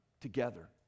together